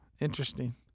Interesting